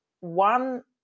one